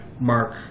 mark